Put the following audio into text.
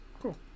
cool